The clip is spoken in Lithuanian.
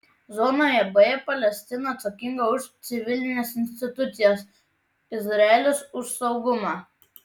zonoje b palestina atsakinga už civilines institucijas izraelis už saugumą